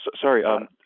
sorry